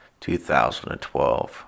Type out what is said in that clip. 2012